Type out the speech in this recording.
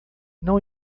não